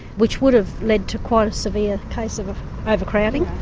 which would have led to quite a severe case of overcrowding.